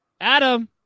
Adam